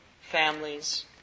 families